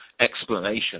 explanation